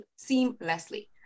seamlessly